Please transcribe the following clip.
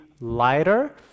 lighter